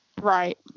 Right